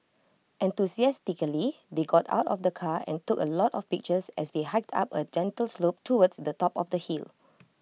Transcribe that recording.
enthusiastically they got out of the car and took A lot of pictures as they hiked up A gentle slope towards the top of the hill